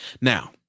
Now